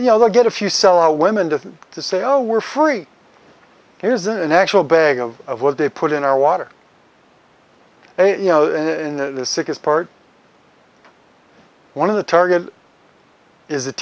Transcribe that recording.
you know they'll get a few cell are women to to say oh we're free here's an actual bag of what they put in our water you know in the sickest part one of the target is the